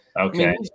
Okay